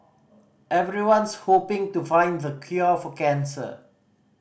everyone's hoping to find the cure for cancer